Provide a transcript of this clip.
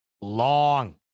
long